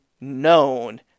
known